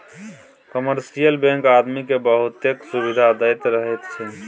commercial bank आदमी केँ बहुतेक सुविधा दैत रहैत छै